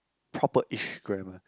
proper ish grammar